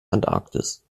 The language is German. antarktis